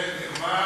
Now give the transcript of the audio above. ונאמר